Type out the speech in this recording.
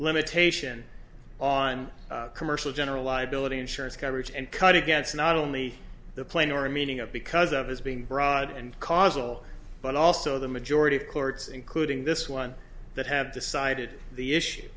limitation on commercial generalized billing insurance coverage and cut against not only the plan or a meaning of because of his being broad and causal but also the majority of courts including this one that have decided the issue